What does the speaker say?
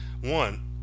one